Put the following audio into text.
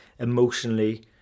emotionally